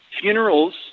Funerals